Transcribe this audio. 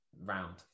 round